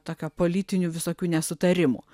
tokio politinių visokių nesutarimų